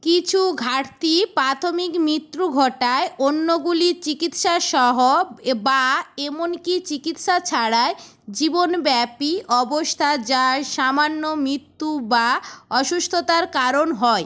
কিছু ঘাটতি প্রাথমিক মৃত্যু ঘটায় অন্যগুলি চিকিৎসাসহ বা এমন কি চিকিৎসা ছাড়াই জীবনব্যাপী অবস্থা যা সামান্য মৃত্যু বা অসুস্থতার কারণ হয়